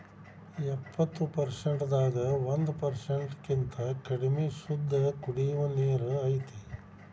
ಎಪ್ಪತ್ತು ಪರಸೆಂಟ್ ದಾಗ ಒಂದ ಪರಸೆಂಟ್ ಕಿಂತ ಕಡಮಿ ಶುದ್ದ ಕುಡಿಯು ನೇರ ಐತಿ